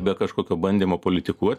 be kažkokio bandymo politikuot